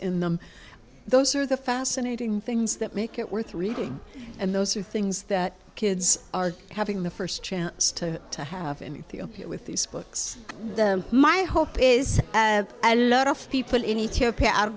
in them those are the fascinating things that make it worth reading and those are things that kids are having the first chance to to have in the open with these books my hope is a lot of people